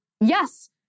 yes